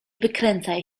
wykręcaj